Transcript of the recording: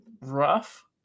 rough